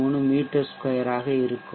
63 மீ 2 ஆக இருக்கும்